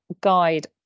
guide